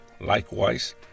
Likewise